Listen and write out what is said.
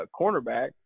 cornerback